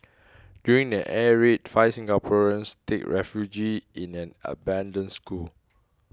during an air raid five Singaporeans take refuge in an abandoned school